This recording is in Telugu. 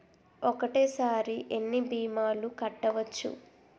ఒక్కటేసరి ఎన్ని భీమాలు కట్టవచ్చు?